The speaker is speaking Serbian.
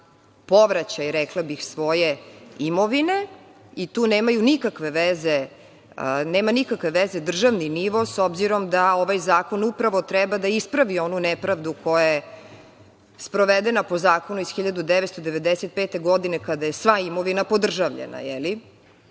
povraćaj, rekla bih, svoje imovine. Tu nema nikakve veze državni nivo, s obzirom da ovaj zakon upravo treba da ispravi onu nepravdu koja je sprovedena po zakonu iz 1995. godine kada je sva imovina podržavljena,